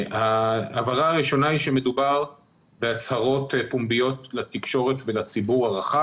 ההבהרה הראשונה היא שמדובר בהצהרות פומביות לתקשורת ולציבור הרחב.